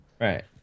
Right